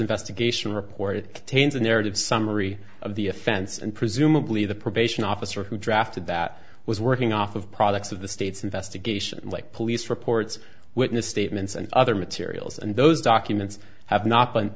investigation report it contains narrative summary of the offense and presumably the probation officer who drafted that was working off of products of the state's investigation like police reports witness statements and other materials and those documents have not